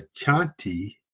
chanti